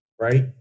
right